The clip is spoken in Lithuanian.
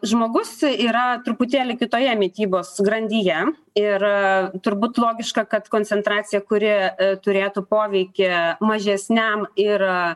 žmogus yra truputėlį kitoje mitybos grandyje ir turbūt logiška kad koncentracija kuri turėtų poveikį mažesniam ir